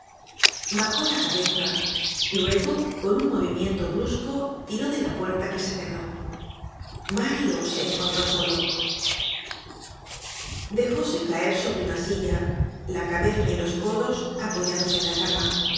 bajó la cabeza luego con un movimiento brusco tiró de la puerta que se cerró mario se encontró solo dejóse caer sobre una silla la cabeza y los codos apoyados en la cama